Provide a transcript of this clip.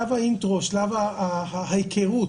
שלב האינטרו, שלב ההיכרות